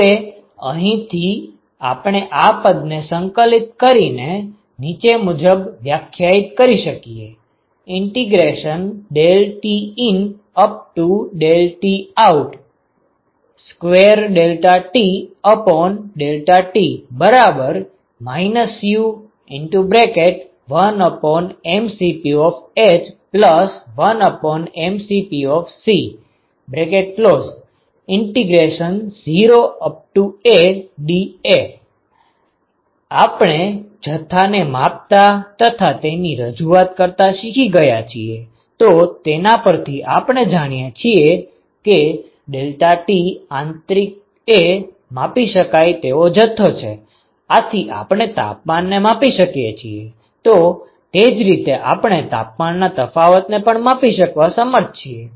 હવે અહીંથી આપણે આ પદને સંકલિત કરીને નીચે મુજબ વ્યાખ્યાયીત કરી શકીએ TinToutⅆΔTΔT U1mCph1mCpC0AdA આપણે જથ્થાને માપતા તથા તેની રજૂઆત કરતાં શીખી ગયા છીએ તો તેના પરથી આપણે જાણીએ છીએ કે ડેલ્ટા ટી આંતરિકએ માપી શકાય તેવો જથ્થો છે આથી આપણે તાપમાનને માપી શકીએ છીએ તો તે જ રીતે આપણે તાપમાનના તફાવતને પણ માપી શકવા સમર્થ છીએ